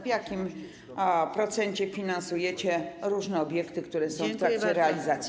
W jakim procencie finansujecie różne obiekty, które są w trakcie realizacji?